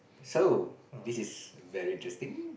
so this is very interesting